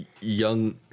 Young